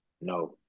No